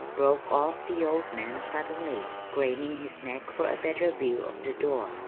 broke off the old man suddenly, craning his neck for a better view of the door.